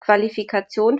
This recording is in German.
qualifikation